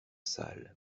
sale